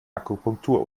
akupunktur